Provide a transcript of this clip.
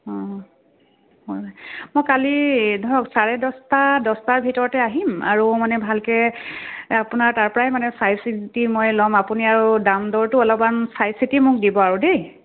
অঁ হয় মই কালি ধৰক চাৰে দহটা দহটাৰ ভিতৰতে আহিম আৰু মানে ভালকৈ আপোনাৰ তাৰপৰাই মানে চাইচিতি মই ল'ম আপুনি আৰু দামদৰটো অলপমান চাইচিতিয়ে মোক দিব আৰু দেই